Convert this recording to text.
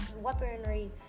weaponry